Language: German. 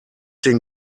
den